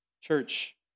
Church